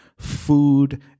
food